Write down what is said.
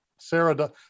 Sarah